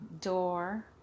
door